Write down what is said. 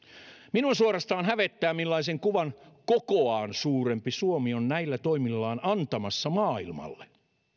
minua suorastaan hävettää millaisen kuvan kokoaan suurempi suomi on näillä toimillaan antamassa maailmalle